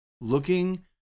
Looking